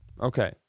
Okay